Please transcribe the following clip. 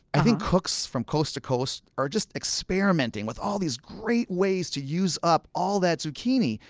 i think cooks from coast to coast are just experimenting with all these great ways to use up all that zucchini.